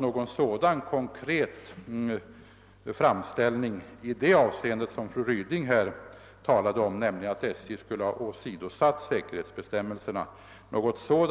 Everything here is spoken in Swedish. Något sådant konkret uttalande om att SJ skulle ha åsidosatt säkerhetsbestämmelserna har alltså